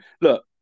look